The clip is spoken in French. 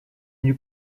une